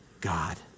God